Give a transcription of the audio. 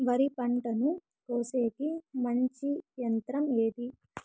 వరి పంటను కోసేకి మంచి యంత్రం ఏది?